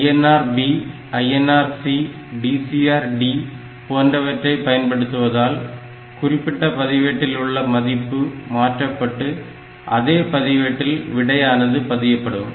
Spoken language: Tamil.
INR B INR C DCR D போன்றவற்றை பயன்படுத்துவதால் குறிப்பிட்ட பதிவேட்டில் உள்ள மதிப்பு மாற்றப்பட்டு அதே பதிவேட்டில் விடையானது பதியப்படும்